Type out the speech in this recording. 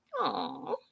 Aw